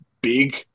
big